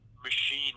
Machine